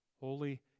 holy